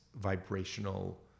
vibrational